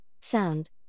sound